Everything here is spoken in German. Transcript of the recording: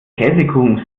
käsekuchen